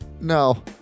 No